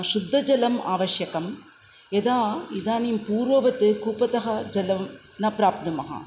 शुद्दजलम् आवश्यकं यदा इदानीं पूर्ववत् कूपतः जलं न प्राप्नुमः